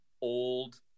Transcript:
old